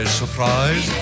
surprise